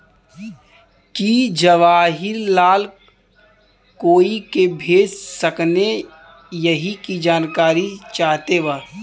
की जवाहिर लाल कोई के भेज सकने यही की जानकारी चाहते बा?